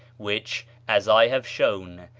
which, as i have shown,